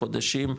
בחודשים,